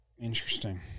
Interesting